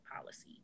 policy